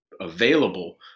available